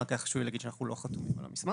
ולומר שאנחנו לא חתומים על המסמך.